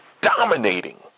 dominating